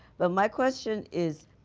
but my question is